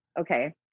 okay